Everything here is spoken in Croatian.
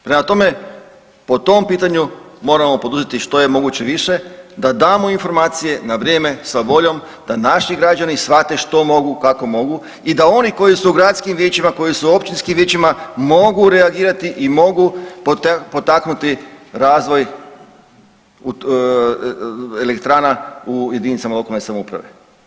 Prema tome, po tom pitanju moramo poduzeti što je moguće više da damo informacije na vrijeme, sa voljom, da naši građani shvate što mogu, kako mogu i da oni koji su u gradskim vijećima, koji su u općinskim vijećima mogu reagirati i mogu potaknuti razvoj elektrana u jedinicama lokalne samouprave.